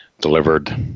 delivered